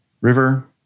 River